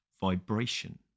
vibration